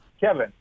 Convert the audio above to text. Kevin